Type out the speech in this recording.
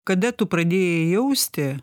kada tu pradėjai jausti